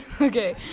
Okay